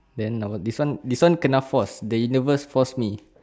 then our this one this one kena forced the universe forced me